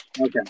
Okay